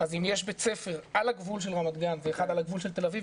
אז אם יש בית ספר על הגבול של רמת גן ואחד על הגבול של תל אביב,